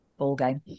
ballgame